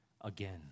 again